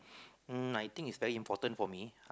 um I think it's very important for me